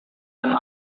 dan